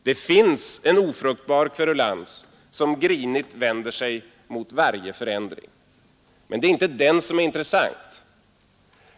Det finns en ofruktbar kverulans, som grinigt vänder sig mot varje förändring, men det är inte den som är intressant.